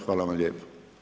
Hvala vam lijepo.